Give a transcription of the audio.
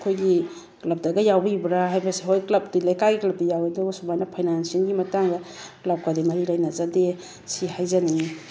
ꯑꯩꯈꯣꯏꯒꯤ ꯀ꯭ꯂꯞꯇꯒ ꯌꯥꯎꯕꯤꯕ꯭ꯔꯥ ꯍꯥꯏꯕ ꯍꯣꯏ ꯀ꯭ꯂꯞꯇꯤ ꯂꯩꯀꯥꯏꯒꯤ ꯀ꯭ꯂꯞꯇꯤ ꯌꯥꯎꯋꯦ ꯑꯗꯨꯕꯨ ꯁꯨꯃꯥꯏꯅ ꯐꯥꯏꯅꯥꯟꯁꯤꯑꯦꯜꯒꯤ ꯃꯇꯥꯡꯗ ꯀ꯭ꯂꯞꯀꯗꯤ ꯃꯔꯤ ꯂꯩꯅꯖꯗꯦ ꯁꯤ ꯍꯥꯏꯖꯅꯤꯡꯉꯤ